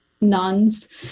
nuns